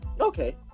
Okay